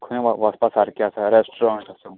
खंय वसपा सारके आसा रॅस्टराँट